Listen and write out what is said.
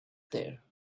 there